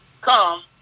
come